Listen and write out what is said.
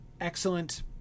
excellent